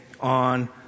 on